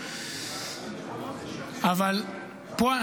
אבל פה,